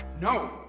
No